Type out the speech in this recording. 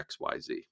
xyz